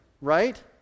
Right